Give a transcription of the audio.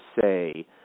say